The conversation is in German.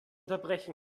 unterbrechen